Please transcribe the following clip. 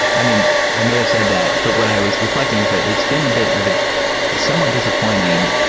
i mean i may have said that, but what i was refl ecting is that it's been a bit of a somewhat disappointing.